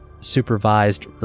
supervised